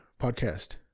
podcast